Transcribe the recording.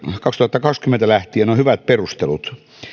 kaksituhattakaksikymmentä lähtien on hyvät perustelut